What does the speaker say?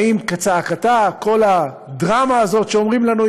האם כצעקתה כל הדרמה הזאת, שאומרים לנו?